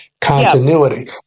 continuity